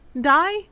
die